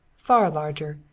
far larger,